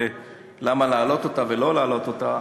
למה להעלות אותה ולא להעלות אותה,